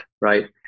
right